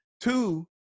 Two